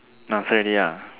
not fair already ya